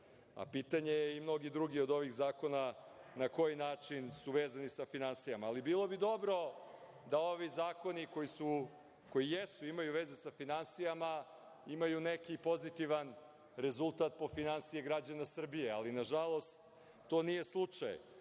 a pitanje je i mnogi drugi od ovih zakona na koji način su vezani sa finansijama. Bilo bi dobro da ovi zakoni koji imaju veze sa finansijama, imaju neki pozitivan rezultat po finansije građana Srbije, ali nažalost to nije slučaj.